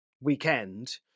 weekend